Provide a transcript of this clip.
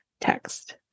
text